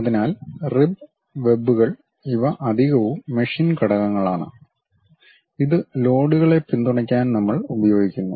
അതിനാൽ റിബ് വെബുകൾ ഇവ അധികവും മെഷീൻ ഘടകങ്ങളാണ് ഇത് ലോഡുകളെ പിന്തുണയ്ക്കാൻ നമ്മൾ ഉപയോഗിക്കുന്നു